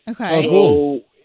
Okay